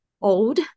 old